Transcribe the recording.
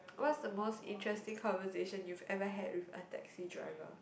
what's the most interesting conversation you've ever had with a taxi driver